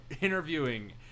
interviewing